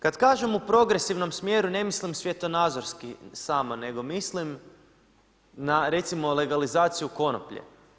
Kada kažem u progresivnom smjeru, ne mislim svjetonadzorski samo nego mislim na recimo legalizaciju konoplje.